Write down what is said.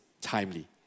timely